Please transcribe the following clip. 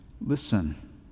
Listen